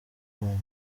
bwuma